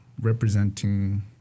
representing